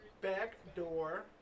Backdoor